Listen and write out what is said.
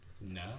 No